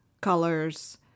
colors